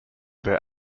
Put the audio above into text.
their